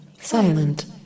Silent